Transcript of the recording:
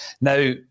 Now